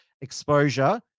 exposure